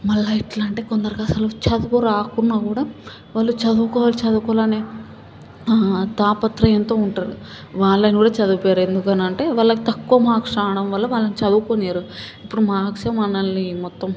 మళ్ళీ ఎట్లా అంటే కొందరికి అస్సలు చదువు రాకున్నా కూడా వాళ్ళు చదువుకోవాలి చదువుకోవాలనే తాపత్రయంతో ఉంటారు వాళ్ళని కూడా చదివిపియ్యారు ఎందుకని అంటే వాళ్ళకి తక్కువ మార్క్స్ రావడం వల్ల వాళ్ళని చదువుకోనివ్వరు మార్క్స్ మనల్ని మొత్తం